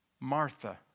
Martha